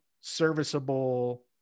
serviceable